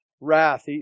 wrath